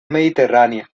mediterránea